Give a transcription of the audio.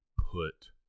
put